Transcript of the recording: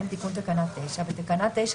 תיקון תקנה 92. בתקנה 9,